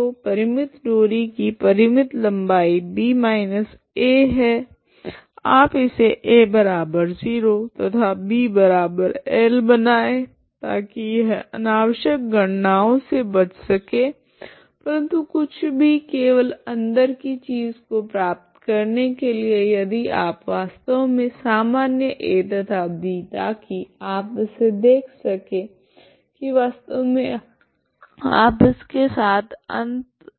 तो परिमित डोरी की परिमित लंबाई है आप इसे a0 तथा bL बनाए ताकि यह अनावश्यक गणनाओं से बच सके परंतु कुछ भी केवल अंदर की चीज को प्राप्त करने के लिए यदि आप वास्तव मे सामान्य a तथा b ताकि आप इसे देख सके की वास्तव मे आप इसके साथ अंत